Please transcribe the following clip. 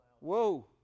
Whoa